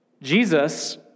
Jesus